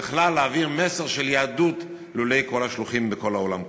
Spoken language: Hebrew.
בכלל להעביר מסר של יהדות לולא כל השלוחים בכל העולם כולו.